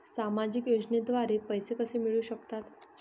सामाजिक योजनेद्वारे पैसे कसे मिळू शकतात?